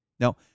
Now